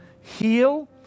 Heal